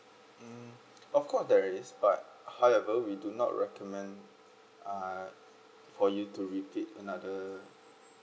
mm of course there is but however we do not recommend uh for you to repeat another